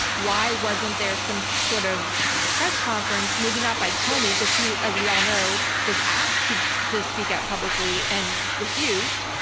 why wasn't there some sort of press conference? maybe not by comey, because he as we all know was asked to just speak out publicly and refused,